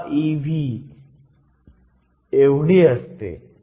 10 ev एवढी असते